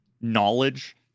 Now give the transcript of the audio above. knowledge